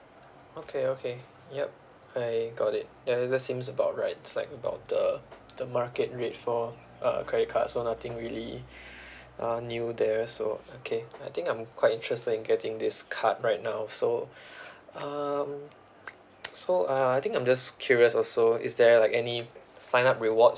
okay okay yup I got it ya that seems about right it's like about the the market rate for uh credit card so nothing really uh new there so okay I think I'm quite interested in getting this card right now so um so uh I think I'm just curious also is there like any sign up rewards